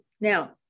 Now